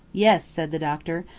yes, said the doctor.